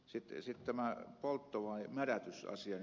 sitten tämä poltto vai mädätys asia